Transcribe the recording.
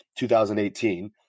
2018